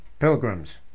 Pilgrims